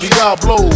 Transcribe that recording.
Diablo